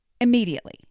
immediately